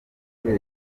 twese